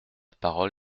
parole